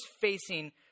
facing